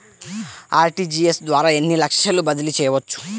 RTGS ద్వారా ఎన్ని లక్షలు బదిలీ చేయవచ్చు?